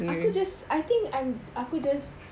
aku just I think I'm aku just